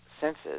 senses